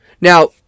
Now